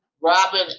robin